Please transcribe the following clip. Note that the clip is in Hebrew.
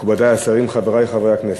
תודה רבה לך, מכובדי השרים, חברי חברי הכנסת,